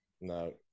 no